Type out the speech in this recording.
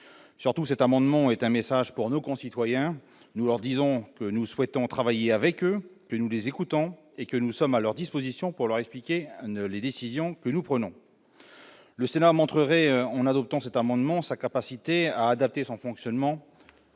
Surtout, cet amendement est un message pour nos concitoyens, nous disons que nous souhaitons travailler avec eux et nous les écoutons et que nous sommes à leur disposition pour leur expliquer ne les décisions que nous prenons. Le Sénat montrerait en adoptant cet amendement, sa capacité à adapter son fonctionnement